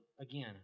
again